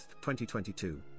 2022